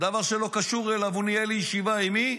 דבר שלא קשור אליו, הוא ניהל ישיבה, עם מי?